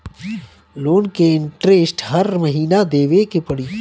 Loan के interest हर महीना देवे के पड़ी?